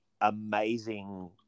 amazing